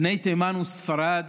בני תימן וספרד